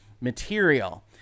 material